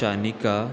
शानिका